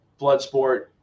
Bloodsport